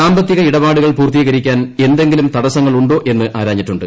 സാമ്പത്തിക ഇടപാടുകൾ പൂർത്തീകരിക്കാൻ എന്തെങ്കി ലും തടസ്സങ്ങളുണ്ടോ എന്ന് ആരാഞ്ഞിട്ടുണ്ട്